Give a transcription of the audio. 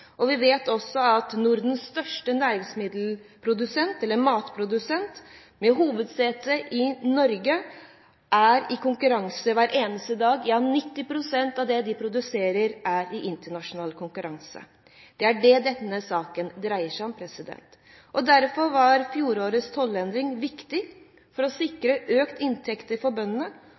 og vi vet også at Nordens største matprodusent – med hovedsete i Norge – er i konkurranse hver eneste dag. Ja, 90 pst. av det de produserer, er i internasjonal konkurranse. Det er det denne saken dreier seg om. Derfor var fjorårets tollendring viktig for å sikre økte inntekter for bøndene,